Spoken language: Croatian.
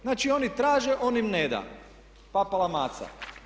Znači oni traže, on im neda, popapala maca.